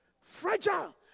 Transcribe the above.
Fragile